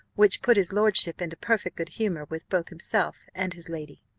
which put his lordship into perfect good-humour with both himself and his lady.